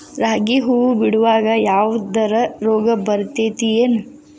ರಾಗಿ ಹೂವು ಬಿಡುವಾಗ ಯಾವದರ ರೋಗ ಬರತೇತಿ ಏನ್?